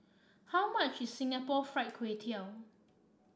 how much is Singapore Fried Kway Tiao